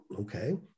okay